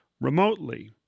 remotely